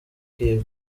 kiwe